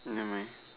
never mind